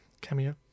cameo